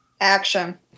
action